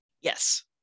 Yes